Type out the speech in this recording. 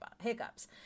hiccups